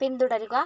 പിന്തുടരുക